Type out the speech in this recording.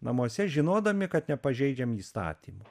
namuose žinodami kad nepažeidžiam įstatymų